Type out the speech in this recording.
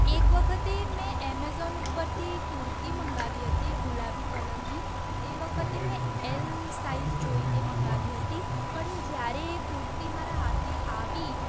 એક વખતે મેં એમેઝોન ઉપરથી કુર્તી મંગાવી હતી ગુલાબી કલરની એ વખતે મેં એલ સાઈઝ જોઈને મંગાવી હતી પણ જ્યારે કુર્તી મારા હાથે આવી